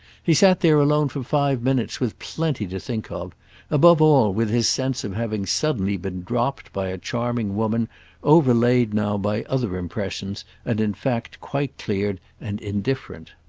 he sat there alone for five minutes, with plenty to think of above all with his sense of having suddenly been dropped by a charming woman overlaid now by other impressions and in fact quite cleared and indifferent.